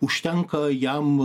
užtenka jam